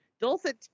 Dulcet